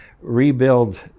rebuild